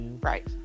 Right